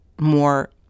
more